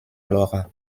laura